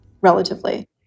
relatively